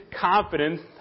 confidence